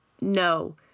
No